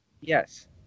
Yes